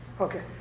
Okay